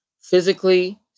physically